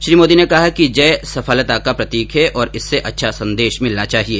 श्री मोदी ने कहा कि जय सफलता का प्रतीक है और इससे अच्छा संदेश मिलना चाहिए